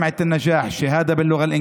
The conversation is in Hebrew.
(אומר דברים בשפה הערבית,